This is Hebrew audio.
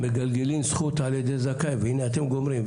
"מגלגלין זכות על ידי זכאי" והנה אתם גומרים,